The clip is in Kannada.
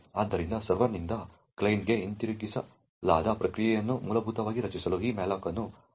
ಆದ್ದರಿಂದ ಸರ್ವರ್ನಿಂದ ಕ್ಲೈಂಟ್ಗೆ ಹಿಂತಿರುಗಿಸಲಾದ ಪ್ರತಿಕ್ರಿಯೆಯನ್ನು ಮೂಲಭೂತವಾಗಿ ರಚಿಸಲು ಈ malloc ಅನ್ನು ಕರೆಯಲಾಗುತ್ತದೆ